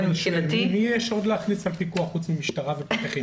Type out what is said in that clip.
את מי יש עוד להכניס לפיקוח חוץ מהמשטרה והפקחים?